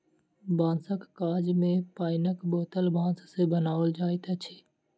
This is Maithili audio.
बाँसक काज मे पाइनक बोतल बाँस सॅ बनाओल जाइत अछि